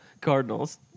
Cardinals